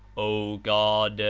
o god!